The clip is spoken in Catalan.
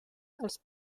els